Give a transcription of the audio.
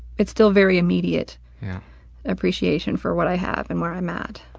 it's still very immediate appreciation for what i have and where i'm at.